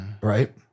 Right